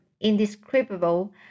indescribable